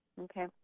Okay